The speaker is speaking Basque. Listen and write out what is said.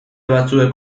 batzuek